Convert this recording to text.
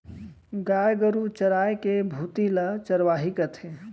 गाय गरू चराय के भुती ल चरवाही कथें